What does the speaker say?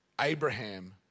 Abraham